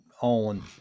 on